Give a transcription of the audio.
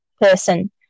person